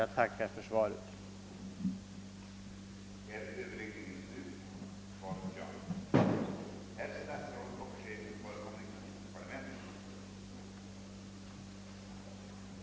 Jag tackar än en gång statsrådet för svaret.